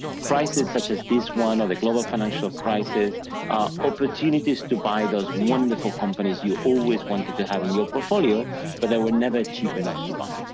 crisis such as one or the global financial crisis opportunities to buy those wonderful companies you've always wanted to have in your portfolio but they were never cheap enough to buy.